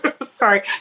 sorry